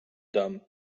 dame